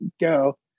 go